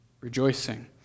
rejoicing